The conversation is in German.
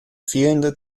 fehlende